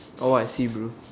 oh I see bro